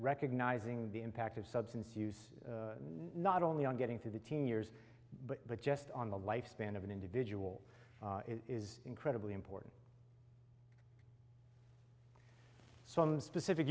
recognizing the impact of substance use not only on getting through the teen years but just on the lifespan of an individual is incredibly important some specific